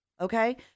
okay